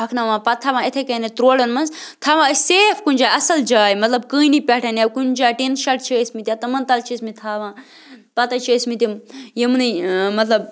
ہۄکھناوان پَتہٕ تھاوان یِتھَے کٔنٮ۪تھ ترٛوڈَن منٛز تھاوان ٲسۍ سیف کُنہِ جایہِ اَصٕل جایہِ مطلب کٲنی پٮ۪ٹھ یا کُنہِ جایہِ ٹِن شَڈ چھِ ٲسۍمٕتۍ یا تِمَن تَل چھِ ٲسۍمٕتۍ تھاوان پَتہٕ حظ چھِ ٲسۍمٕتۍ یِم یِمنٕے مطلب